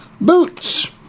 boots